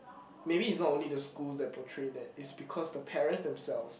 maybe is not only the school that portray that it's because the parents themselves